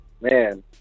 man